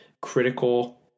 critical